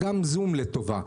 גם זום לטובה.